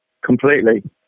Completely